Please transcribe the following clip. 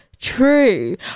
true